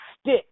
stick